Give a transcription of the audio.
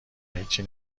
هیچی